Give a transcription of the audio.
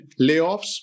layoffs